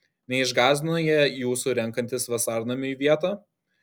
neišgąsdino jie jūsų renkantis vasarnamiui vietą